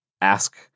ask